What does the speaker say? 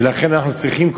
ולכן אנחנו צריכים,